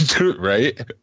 Right